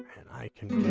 and i can